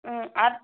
ஆ